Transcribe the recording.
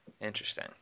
interesting